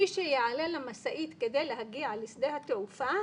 מי שיעלה למשאית כדי להגיע לשדה התעופה